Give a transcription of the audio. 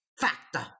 factor